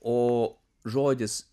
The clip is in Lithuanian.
o žodis